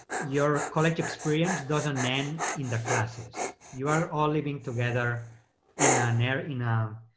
your college experience doesn't end in the classes. you are all living together in an are in ah,